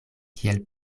kiel